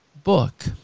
Book